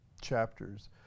chapters